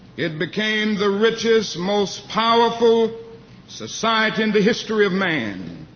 it became the richest, most powerful society in the history of man,